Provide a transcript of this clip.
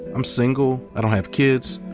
i'm single. i don't have kids.